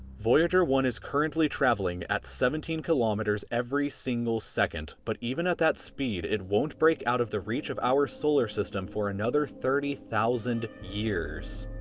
voyager one is currently traveling at seventeen kilometers every single second, but even at that speed it won't break out of the reach of our solar system for another thirty thousand years.